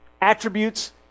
attributes